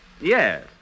Yes